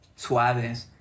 suaves